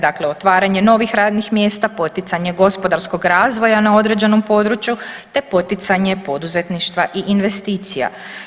Dakle, otvaranje novih radnih mjesta, poticanje gospodarskog razvoja na određenom području te poticanje poduzetništva i investicija.